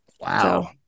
Wow